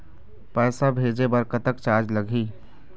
पैसा भेजे बर कतक चार्ज लगही?